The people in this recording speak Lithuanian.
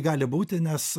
gali būti nes